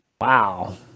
Wow